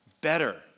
better